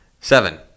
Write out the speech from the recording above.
Seven